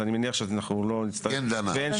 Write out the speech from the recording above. אז אני מניח שאנחנו לא נצטרך ואין שום